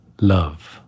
love